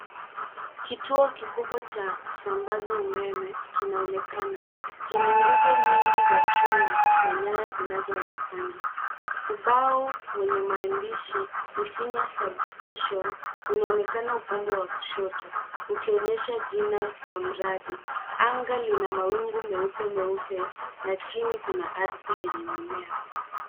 Kituo kikubwa cha kusambaza umeme kinaonekana chenye nguzo nyingi za chuma na nyaya zinazoonekana. Ubao wenye maandishi Isinya Substation unaonekana upande wa kushoto ukionyesha jina la mradi. Anga lina mawingu meupe, meupe na chini kuna ardhi yenye mimea.